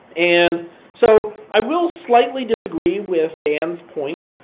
and so i will slightly disagree with fan's point.